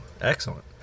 Excellent